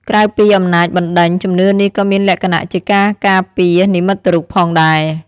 ក្រៅពីអំណាចបណ្ដេញ ជំនឿនេះក៏មានលក្ខណៈជាការការពារនិមិត្តរូបផងដែរ